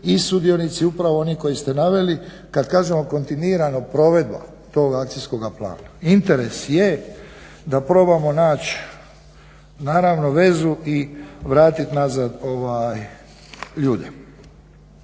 i sudionici upravo oni koje ste naveli, kad kažemo kontinuiranom provedbom tog akcijskog plana interes je da probamo nać naravno vezu i vratit nazad ove ljude.